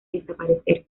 desaparecer